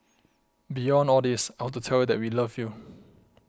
beyond all this I want to tell you that we love you